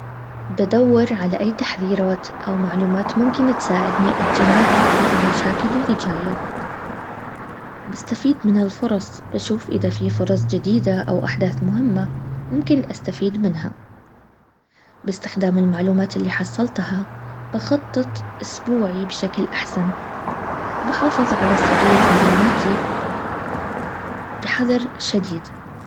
بدور على اي تحذيرات او معلومات ممكن تساعدني اتجنب المشاكل اللي جاية وبستفيد من الفرص بشوف اذا في فرص جديدة او احداث مهمة ممكن استفيد منهاوباستخدام المعلومات اللي حصلتها بخطط اسبوعي بشكل احسن و بحافظ على سرية معلوماتي بحظر شديد